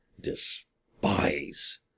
despise